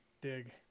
dig